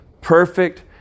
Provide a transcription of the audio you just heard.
perfect